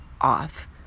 off